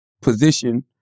position